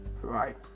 Right